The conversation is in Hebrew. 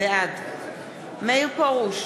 בעד מאיר פרוש,